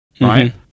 right